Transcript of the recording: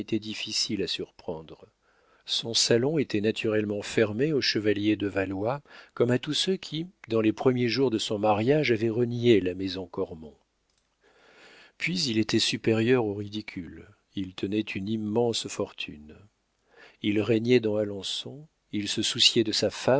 difficile à surprendre son salon était naturellement fermé au chevalier de valois comme à tous ceux qui dans les premiers jours de son mariage avaient renié la maison cormon puis il était supérieur au ridicule il tenait une immense fortune il régnait dans alençon il se souciait de sa